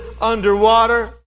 underwater